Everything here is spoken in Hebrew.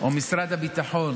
או משרד הביטחון